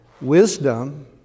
Wisdom